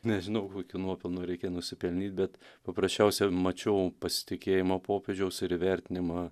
nežinau kokių nuopelnų reikia nusipelnyt bet paprasčiausia mačiau pasitikėjimą popiežiaus ir įvertinimą